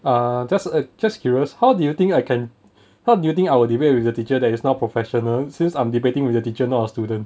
err just uh just curious how do you think I can how do you think I will debate with the teacher that is not professional since I'm debating with your teacher not a student